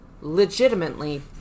legitimately